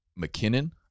McKinnon